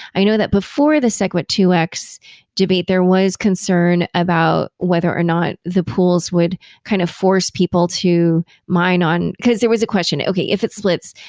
i know that before the segwit two x debate, there was concern about whether or not the pools would kind of force people to mine on because there was a question, okay if it splits,